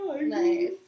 Nice